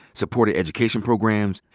supported education programs,